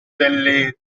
delle